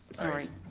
sorry.